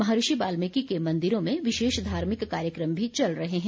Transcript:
महर्षि वाल्मीकि के मंदिरों में विशेष धार्मिक कार्यक्रम भी चल रहे हैं